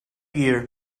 year